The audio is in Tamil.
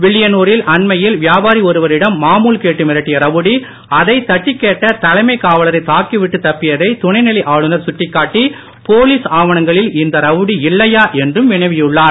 வில்லியனூரில் அண்மையில் வியாபாரி ஒருவரிடம் மாமூல் கேட்டு மிரட்டிய ரவுடி அதைத் தட்டிக்கேட்ட தலைமை காவலரைத் தாக்கிவிட்டு தப்பியதை துணைநிலை ஆளுனர் சுட்டிக்காட்டி போலீஸ் ஆவணங்களில் இந்த ரவுடி இல்லையா என்றும் வினவியுள்ளார்